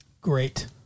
Great